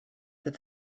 that